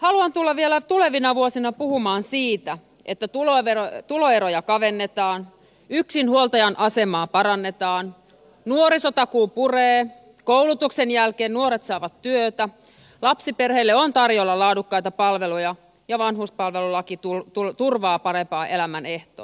haluan tulla vielä tulevina vuosina puhumaan siitä että tuloeroja kavennetaan yksinhuoltajan asemaa parannetaan nuorisotakuu puree koulutuksen jälkeen nuoret saavat työtä lapsiperheille on tarjolla laadukkaita palveluja ja vanhuspalvelulaki turvaa parempaa elämän ehtoota